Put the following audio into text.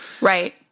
Right